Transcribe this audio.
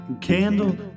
Candle